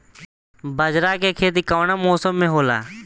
बाजरा के खेती कवना मौसम मे होला?